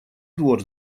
двор